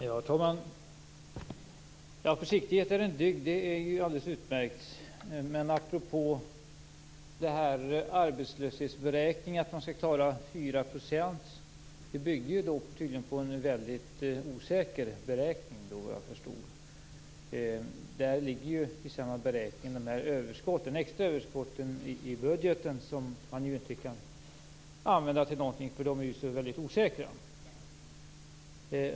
Herr talman! Försiktighet är en dygd. Det är alldeles utmärkt. Påståendet att man skall klara en arbetslöshet på 4 % bygger ju tydligen på en väldigt osäker beräkning, vad jag förstod. I samma beräkning ligger ju de extra överskotten i budgeten som man inte kan använda till någonting eftersom de är så väldigt osäkra.